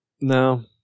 No